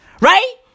right